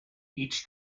each